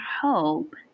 hope